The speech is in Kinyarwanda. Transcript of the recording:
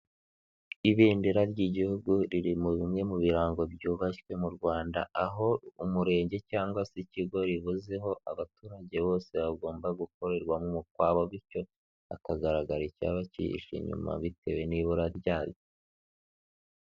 Ibendera ry'igihugu ririmo bimwe mu birango byubashywe mu Rwanda aho umurenge cyangwa se ikigo ribuzeho, abaturage bose bagomba gukorerwamo umukwabo bityo hakagaragara icyaba cyihishe inyuma, bitewe n'ibura ryaryo.